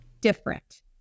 different